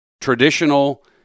traditional